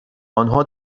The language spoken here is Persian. آنها